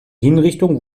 hinrichtung